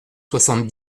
soixante